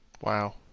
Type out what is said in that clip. Wow